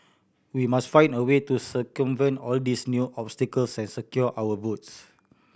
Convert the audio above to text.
we must find a way to circumvent all these new obstacles and secure our votes